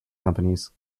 companies